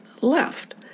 left